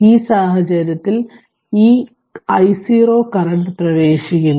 ഈ സാഹചര്യത്തിൽ ഈ i0 കറന്റ് പ്രവേശിക്കുന്നു